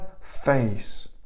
face